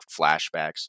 flashbacks